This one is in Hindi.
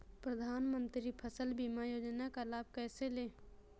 प्रधानमंत्री फसल बीमा योजना का लाभ कैसे लें?